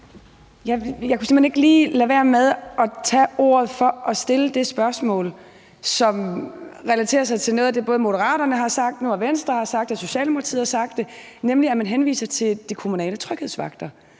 hen ikke lige lade være med at tage ordet for at stille et spørgsmål, som relaterer sig til noget af det, både Moderaterne har sagt, Venstre har sagt og Socialdemokratiet har sagt, nemlig at man henviser til de kommunale tryghedsvagter.